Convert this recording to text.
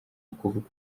ukuvuga